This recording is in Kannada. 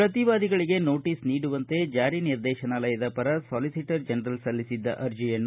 ಪ್ರತಿವಾದಿಗಳಿಗೆ ನೋಟಸ್ ನೀಡುವಂತೆ ಜಾರಿ ನಿರ್ದೇತನಾಲಯ ಪರ ಸಾಲಿಟರ್ ಜನರಲ್ ಸಲ್ಲಿಸಿದ್ದ ಅರ್ಜೆಯನ್ನು